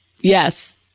Yes